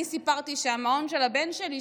אני סיפרתי שהמעון שהיה של הבן שלי,